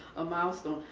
a milestone.